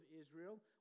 Israel